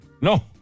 no